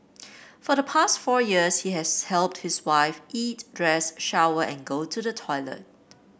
for the past four years he has helped his wife eat dress shower and go to the toilet